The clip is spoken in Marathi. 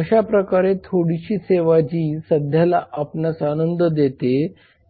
अशाप्रकारे थोडीशी सेवा जी सध्याला आपणास आनंद देते